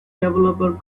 developer